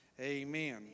Amen